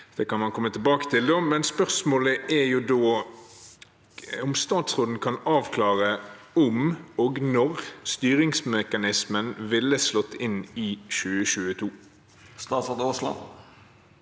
det kan man komme tilbake til. Spørsmålet er om stats råden kan avklare om og når styringsmekanismen ville slått inn i 2022. Statsråd Terje Aasland